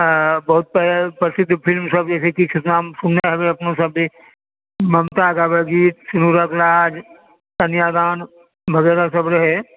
बहुत प्रसिद्ध फिल्म सभ छै जे किछु नाम सुननहुँ होयब अहुँसभ ममता गाबै गीत सिंदूरक लाज कन्यादान वगैरह सभ रहै